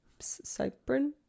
Cyprin